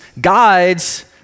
guides